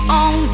on